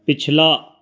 ਪਿਛਲਾ